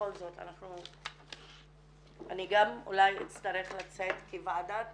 שבכל זאת אנחנו --- אני גם אולי אצטרך לצאת כי ועדת